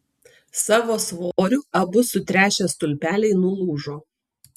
savo svoriu abu sutręšę stulpeliai nulūžo